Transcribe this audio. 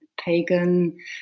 pagan